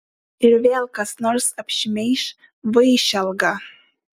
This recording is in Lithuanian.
ir vėl kas nors apšmeiš vaišelgą